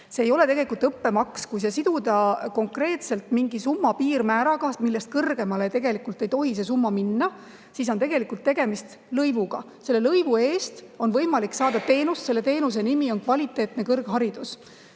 See ei ole tegelikult õppemaks. Kui see siduda konkreetselt mingi piirmääraga, millest kõrgemale ei tohi see summa minna, siis on tegelikult tegemist lõivuga. Selle lõivu eest on võimalik saada teenust, selle teenuse nimi on kvaliteetne kõrgharidus.